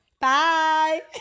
Bye